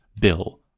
bill